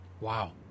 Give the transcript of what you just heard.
Wow